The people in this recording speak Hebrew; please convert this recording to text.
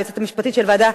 היועצת המשפטית של הוועדה,